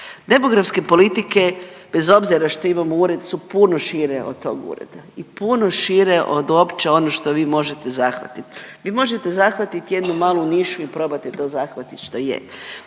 Demografske politike bez obzira što imamo ured su puno šire od tog ureda i puno šire od uopće onog što vi možete zahvatit. Vi možete zahvatit jednu malu nišu i probati to zahvatit što je.